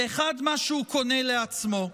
ואחד מה שהוא קונה לעצמו.